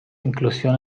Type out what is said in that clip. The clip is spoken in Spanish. inclusión